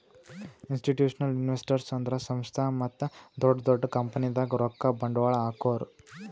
institutional investors ಅಂದ್ರ ಸಂಸ್ಥಾ ಮತ್ತ್ ದೊಡ್ಡ್ ದೊಡ್ಡ್ ಕಂಪನಿದಾಗ್ ರೊಕ್ಕ ಬಂಡ್ವಾಳ್ ಹಾಕೋರು